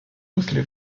русле